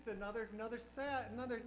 is another another set another